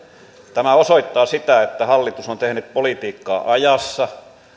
tämä osoittaa sitä että hallitus on tehnyt politiikkaa ajassa